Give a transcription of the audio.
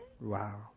Wow